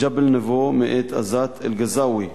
"ג'בל נבו" מאת עזת אלגזאוי.